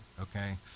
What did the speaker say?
okay